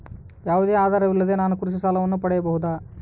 ಯಾವುದೇ ಆಧಾರವಿಲ್ಲದೆ ನಾನು ಕೃಷಿ ಸಾಲವನ್ನು ಪಡೆಯಬಹುದಾ?